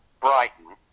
Brighton